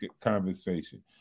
conversation